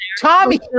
Tommy